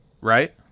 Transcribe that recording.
right